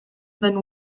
then